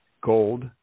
Gold